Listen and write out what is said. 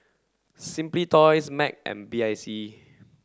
simply Toys Mac and B I C